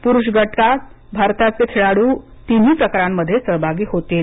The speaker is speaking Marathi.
पुरुष गटात भारताचे खेळाडू तिन्ही प्रकारांमध्ये सहभागी होतील